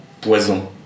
Poison